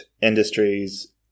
industries